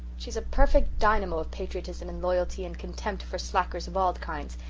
she is a perfect dynamo of patriotism and loyalty and contempt for slackers of all kinds,